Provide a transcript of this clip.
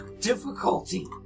difficulty